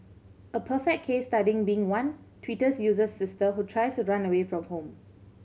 a perfect case studying being one Twitters user's sister who tries to run away from home